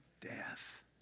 death